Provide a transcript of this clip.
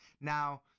Now